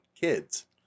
kids